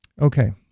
Okay